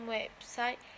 website